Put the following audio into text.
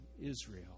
Israel